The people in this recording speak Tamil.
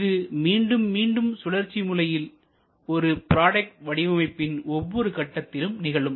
இது மீண்டும் மீண்டும் சுழற்சி முறையில் ஒரு ப்ராடக்ட் வடிவமைப்பின் ஒவ்வொரு கட்டத்திலும் நிகழும்